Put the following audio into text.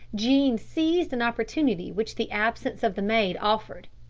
jean seized an opportunity which the absence of the maid offered.